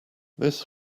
this